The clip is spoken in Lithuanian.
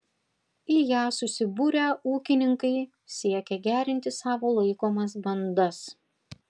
į ją susibūrę ūkininkai siekia gerinti savo laikomas bandas